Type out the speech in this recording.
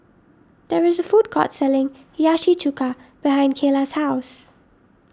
there is a food court selling Hiyashi Chuka behind Kaela's house